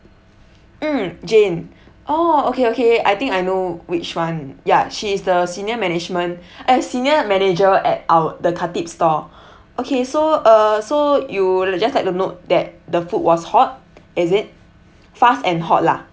mm jane oh okay okay I think I know which one ya she is the senior management eh senior manager at our the khatib store okay so uh so you just like to note that the food was hot is it fast and hot lah